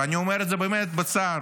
ואני אומר את זה באמת בצער,